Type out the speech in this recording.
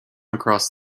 across